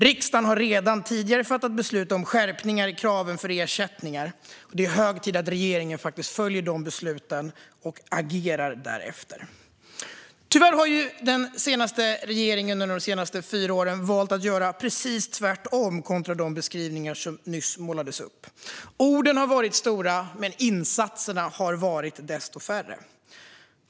Riksdagen har redan tidigare fattat beslut om skärpningar i kraven för ersättningar. Det är hög tid att regeringen faktiskt följer de besluten och agerar därefter. Tyvärr har regeringen under de senaste fyra åren valt att göra precis tvärtom kontra de beskrivningar som nyss målades upp. Orden har varit stora men insatserna har varit desto färre.